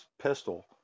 pistol